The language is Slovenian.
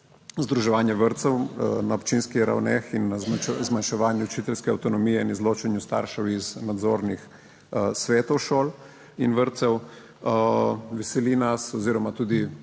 združevanje vrtcev na občinskih ravneh in zmanjševanju učiteljske avtonomije in izločanju staršev iz nadzornih svetov šol in vrtcev. Veseli nas oziroma tudi